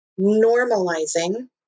normalizing